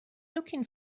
looking